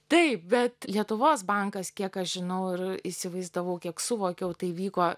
taip bet lietuvos bankas kiek aš žinau ir įsivaizdavau kiek suvokiau tai vyko